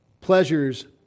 pleasures